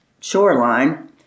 shoreline